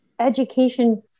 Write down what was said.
education